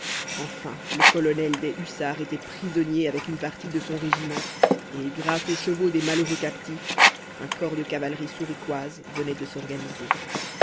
enfin le colonel des hussards était prisonnier avec une partie de son régiment et grâce aux chevaux des malheureux captifs un corps de cavalerie souriquoise venait de s'organiser